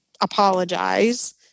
apologize